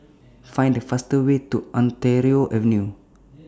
Find The fastest Way to Ontario Avenue